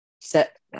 set